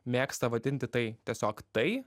mėgsta vadinti tai tiesiog tai